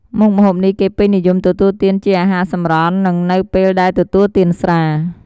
មុខម្ហូបនេះគេពេញនិយមទទួលទានជាអាហារសម្រន់ និងនៅពេលដែលទទួលទានស្រា។